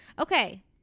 Okay